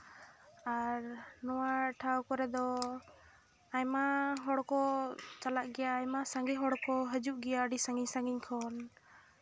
ᱟᱨ ᱱᱚᱣᱟ ᱴᱷᱟᱶ ᱠᱚᱨᱮ ᱫᱚ ᱟᱭᱢᱟ ᱦᱚᱲ ᱠᱚ ᱪᱟᱞᱟᱜ ᱜᱮᱭᱟ ᱟᱭᱢᱟ ᱥᱟᱸᱜᱮ ᱦᱚᱲ ᱠᱚ ᱦᱟᱹᱡᱩᱜ ᱜᱮᱭᱟ ᱟᱹᱰᱤ ᱥᱟᱺᱜᱤᱧ ᱥᱟᱺᱜᱤᱧ ᱠᱷᱚᱱ